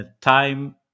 time